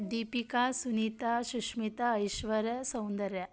Deepika Sunita Sushmita Aishwarya Soundarya